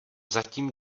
zatím